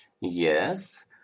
Yes